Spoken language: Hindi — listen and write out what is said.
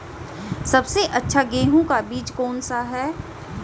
सबसे अच्छा गेहूँ का बीज कौन सा है?